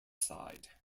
side